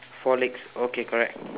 four legs okay correct